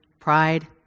pride